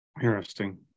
Interesting